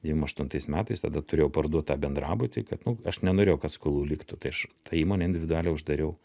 devym aštuntais metais tada turėjau parduot tą bendrabutį kad nu aš nenorėjau kad skolų liktų tai aš tą įmonę individualią uždariau